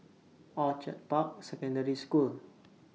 Orchid Park Secondary School